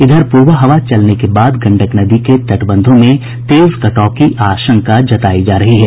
इधर पूरबा हवा चलने के बाद गंडक नदी के तटबंधों में तेज कटाव की आशंका जतायी जा रही है